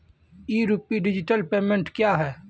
ई rupee digital payment क्या हैं?